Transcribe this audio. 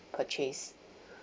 purchase